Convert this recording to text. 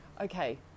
okay